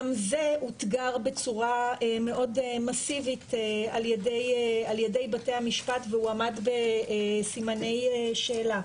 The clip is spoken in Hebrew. גם זה אותגר בצורה מאוד מסיבית על ידי בתי המשפט והועמד בסימני שאלה.